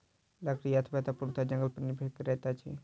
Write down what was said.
लकड़ी अर्थव्यवस्था पूर्णतः जंगल पर निर्भर करैत अछि